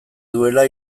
duela